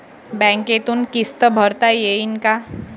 बँकेतून किस्त भरता येईन का?